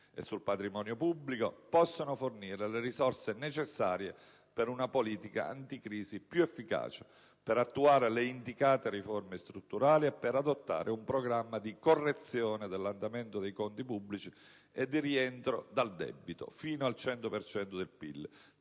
e sul patrimonio pubblici, possano fornire le risorse necessarie per una politica anticrisi più efficace, per attuare le indicate riforme strutturali e per adottare un programma di correzione dell'andamento dei conti pubblici e di rientro dal debito fino al 100 per